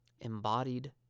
Embodied